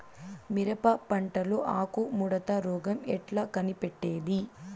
మిరప పంటలో ఆకు ముడత రోగం ఎట్లా కనిపెట్టేది?